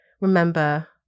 remember